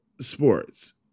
sports